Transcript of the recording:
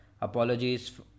apologies